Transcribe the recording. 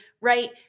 Right